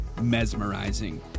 mesmerizing